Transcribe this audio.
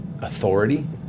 authority